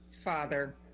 father